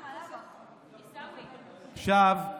עכשיו, חבריי,